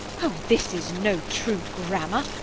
o, this is no true grammar,